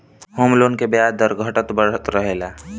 home loan के ब्याज दर घटत बढ़त रहेला